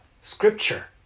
Scripture